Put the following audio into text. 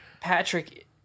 Patrick